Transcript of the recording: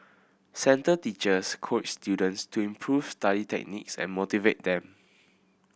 centre teachers coach students to improve study techniques and motivate them